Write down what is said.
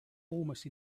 almost